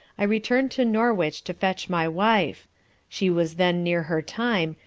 i returned to norwich to fetch my wife she was then near her time,